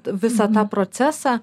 visą tą procesą